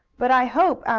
but i hope,